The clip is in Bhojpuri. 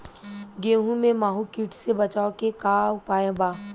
गेहूँ में माहुं किट से बचाव के का उपाय बा?